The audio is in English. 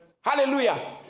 Hallelujah